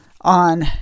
on